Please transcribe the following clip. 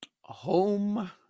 Home